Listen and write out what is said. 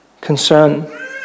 concern